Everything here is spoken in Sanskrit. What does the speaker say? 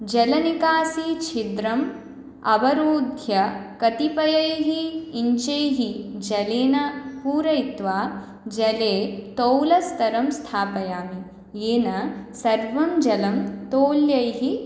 जलनिकासीछिद्रं अवरुध्य कतिपयैः इञ्चैः जलेन पूरयित्वा जले तौलस्तरं स्थापयामि येन सर्वं जलं तोल्यैः